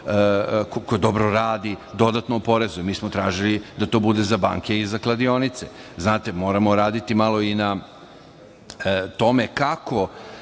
koje dobro radi dodatno oporezuje, mi smo tražili da to bude za banke i za kladionice. Znate, moramo raditi malo i na tome kako